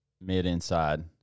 mid-inside